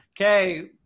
Okay